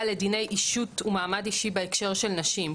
לדיני אישות ומעמד אישי בהקשר של נשים,